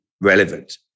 relevant